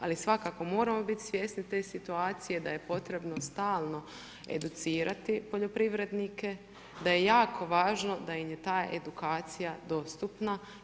Ali, svakako moramo biti svjesni te situacije, da je potrebno stalno educirati poljoprivrednike, da je jako važno, da im je ta edukacija dostupna.